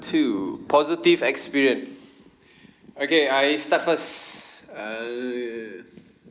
two positive experience okay I start first err